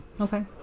Okay